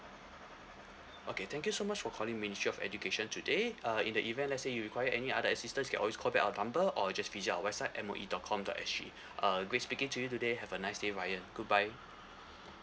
okay thank you so much for calling ministry of education today uh in the event let's say you require any other assistance can always call back our number or just visit our website M O E dot com dot S G uh great speaking to you today have a nice day ryan goodbye